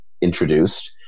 introduced